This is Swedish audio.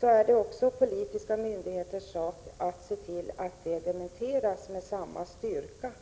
så är det också politiska myndigheters sak att se till att detta dementeras med samma styrka.